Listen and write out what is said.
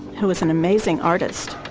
who was an amazing artist,